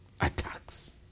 attacks